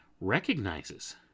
recognizes